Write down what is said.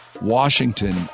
Washington